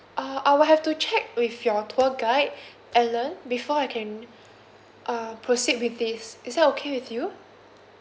uh I will have to check with your tour guide alan before I can uh proceed with this is that okay with you